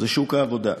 זה שוק העבודה.